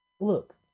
Look